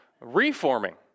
reforming